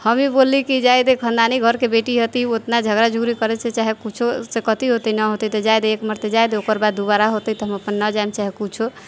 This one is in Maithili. हमही बोललिए जाइ दही खानदानी घरके बेटी हती ओतना झगड़ा झुगड़ी करैसँ चाहे किछुसँ कथी होतै नहि होतै तऽ जातऽ दे एकमरते जातऽ दे ओकरबाद दुबारा होतै तऽ हम नहि जाइम चाहे किछु